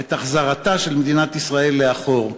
את החזרתה של מדינת ישראל לאחור,